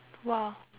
!wow!